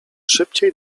szybciej